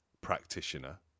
practitioner